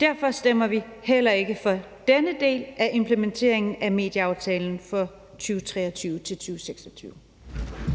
Derfor stemmer vi heller ikke for denne del af implementeringen af medieaftalen for 2023-2026.